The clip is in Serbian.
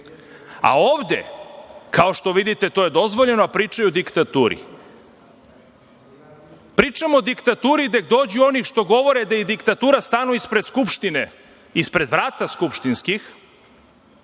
A ovde, kao što vidite, to je dozvoljeno, a pričaju o diktaturi. Pričamo o diktaturi, gde dođu oni što govore da je diktatura, stanu ispred Skupštine, ispred vrata skupštinskih,